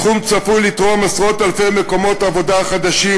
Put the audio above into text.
התחום צפוי לתרום עשרות-אלפי מקומות עבודה חדשים,